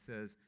says